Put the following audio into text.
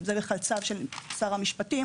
דרך הצו של משרד המשפטים